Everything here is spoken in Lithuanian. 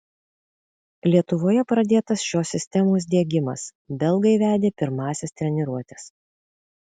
lietuvoje pradėtas šios sistemos diegimas belgai vedė pirmąsias treniruotes